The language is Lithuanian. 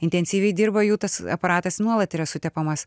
intensyviai dirba jų tas aparatas nuolat yra sutepamas